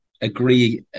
agree